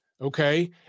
okay